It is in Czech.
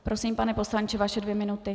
Prosím, pane poslanče, vaše dvě minuty.